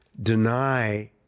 deny